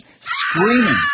Screaming